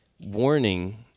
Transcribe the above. warning